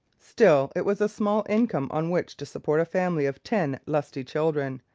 still, it was a small income on which to support a family of ten lusty children,